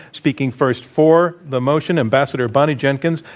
speaking first for the motion, ambassador bonnie jenkins,